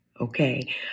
Okay